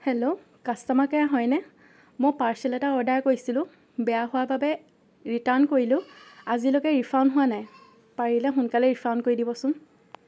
hello customer care হয়নে মই parcel এটা অৰ্ডাৰ কৰিছিলোঁ বেয়া হোৱা বাবে ৰিৰ্টান কৰিলোঁ আজিলৈকে ৰিফাণ্ড হোৱা নাই পাৰিলে সোনকালে ৰিফাণ্ড কৰি দিবচোন